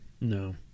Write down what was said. No